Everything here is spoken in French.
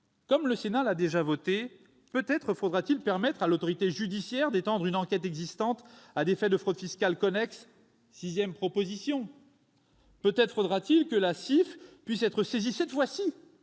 comme le Sénat l'a déjà voté, peut-être faudra-t-il permettre à l'autorité judiciaire d'étendre une enquête existante à des faits de fraude fiscale connexes. Septième proposition, peut-être faudra-t-il aussi que la CIF puisse être saisie cette fois-ci